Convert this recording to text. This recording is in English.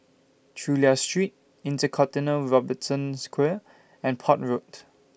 Chulia Street InterContinental Robertson's Quay and Port Road